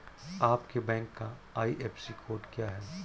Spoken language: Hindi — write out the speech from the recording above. आपके बैंक का आई.एफ.एस.सी कोड क्या है?